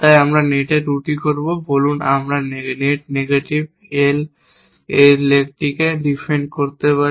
তাই আমরা নেটে ত্রুটি করব বলুন আমরা নেট নেগেটিভ এজ লেগটিকে ডিফেক্ট করতে পারি